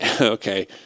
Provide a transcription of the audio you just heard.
Okay